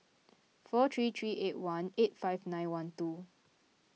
four three three eight one eight five nine one two